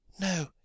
No